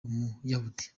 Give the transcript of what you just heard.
umuyahudi